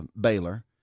Baylor